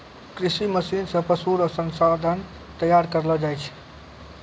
कृषि मशीन से पशु रो संसाधन तैयार करलो जाय छै